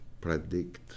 predict